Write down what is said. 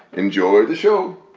enjoy the show